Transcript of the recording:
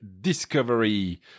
Discovery